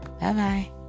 Bye-bye